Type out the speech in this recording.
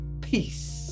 Peace